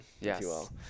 yes